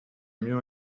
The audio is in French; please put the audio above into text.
mieux